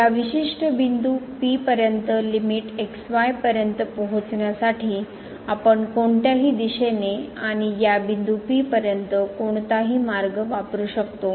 या विशिष्ट बिंदू पर्यंत लिमिट x y पर्यंत पोहोचण्यासाठी आपण कोणत्याही दिशेने आणि या बिंदू पर्यंत कोणताही मार्ग वापरु शकतो